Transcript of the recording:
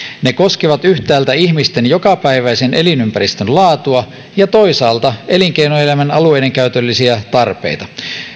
ne koskevat yhtäältä ihmisten jokapäiväisen elinympäristön laatua ja toisaalta elinkeinoelämän alueidenkäytöllisiä tarpeita